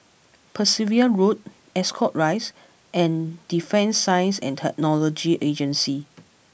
Percival Road Ascot Rise and Defence Science and Technology Agency